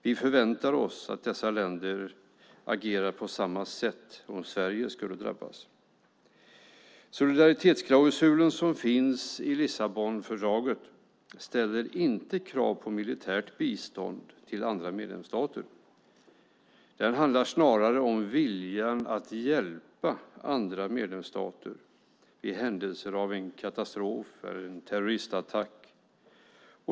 Vi förväntar oss att dessa länder agerar på samma sätt om Sverige skulle drabbas. Den solidaritetsklausul som finns i Lissabonfördraget ställer inte krav på militärt bistånd till andra medlemsstater. Den handlar snarare om viljan att hjälpa andra medlemsstater vid händelser som en katastrof eller en terroristattack.